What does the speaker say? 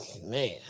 man